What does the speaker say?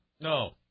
No